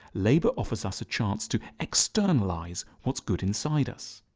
labour offers us a chance to externalise what's good inside us.